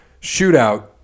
Shootout